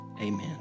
amen